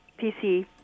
PC